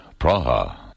Praha